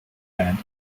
end